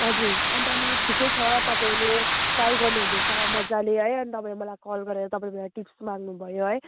हजुर अन्त म ठिकै छ तपाईँले ट्राई गर्नुहुँदैछ मजाले है अन्त अब मलाई कल गरेर तपाईँले अब टिप्स माग्नुभयो है